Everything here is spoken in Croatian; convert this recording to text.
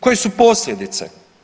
Koje su posljedice?